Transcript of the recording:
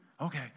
Okay